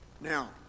Now